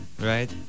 Right